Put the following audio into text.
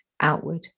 outward